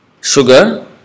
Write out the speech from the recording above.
sugar